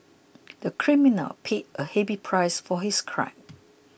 the criminal paid a heavy price for his crime